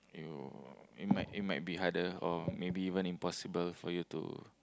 you it might it might be harder or maybe even impossible for you to